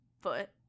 foot